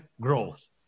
growth